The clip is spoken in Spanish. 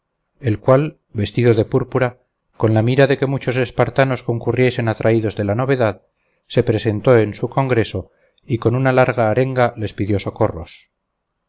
el cual vestido de púrpura con la mira de que muchos espartanos concurriesen atraídos de la novedad se presentó en su congreso y con una larga arenga les pidió socorros